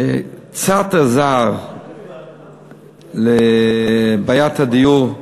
שקצת עזר בבעיית הדיור,